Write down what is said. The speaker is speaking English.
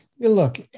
Look